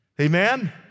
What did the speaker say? Amen